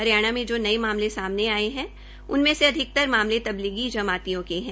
हरियाणा में जो नये मामले सामने आ रहे है उनमें से अधिकतर मामले तबलीगी जमातियों के है